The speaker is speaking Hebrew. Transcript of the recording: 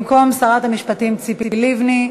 במקום שרת המשפטים ציפי לבני.